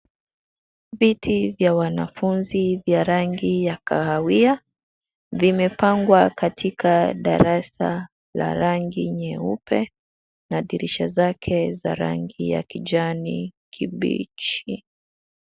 Viti vya wanafunzi vya rangi ya kahawia, vimepangwa katika darasa la rangi nyeupe na dirisha zake za rangi ya kijani kibichi.